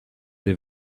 des